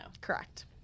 Correct